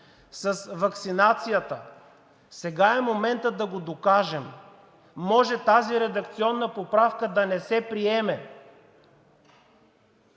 с ваксинацията, сега е моментът да го докажем. Може тази редакционна поправка да не се приеме.